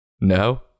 No